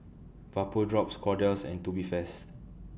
Vapodrops Kordel's and Tubifast